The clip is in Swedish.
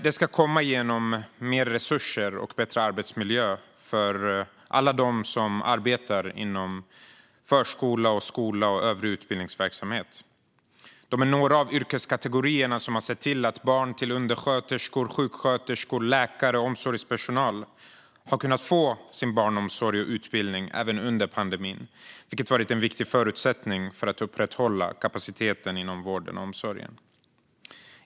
Det ska komma genom mer resurser och bättre arbetsmiljö för alla dem som arbetar inom förskola, skola och övrig utbildningsverksamhet. De är några av yrkeskategorierna som har sett till att barn till undersköterskor, sjuksköterskor, läkare och omsorgspersonal har kunnat få sin barnomsorg och utbildning även under pandemin, vilket varit en viktig förutsättning för att upprätthålla kapaciteten inom vården och omsorgen.